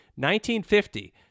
1950